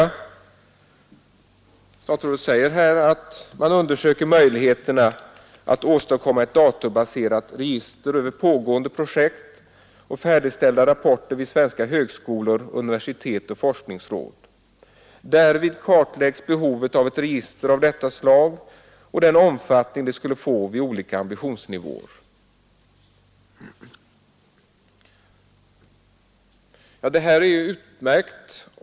Statsrådet säger att man ”undersöker möjligheterna att åstadkomma ett datorbaserat register över pågående projekt och färdigställda rapporter vid svenska högskolor, universitet och forskningsråd. Därvid kartläggs behovet av ett register av detta slag och den omfattning det skulle få vid olika ambitionsnivåer.” Det är utmärkt.